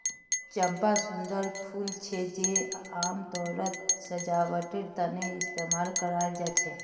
चंपा सुंदर फूल छे जे आमतौरत सजावटेर तने इस्तेमाल कराल जा छे